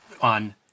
on